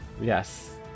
Yes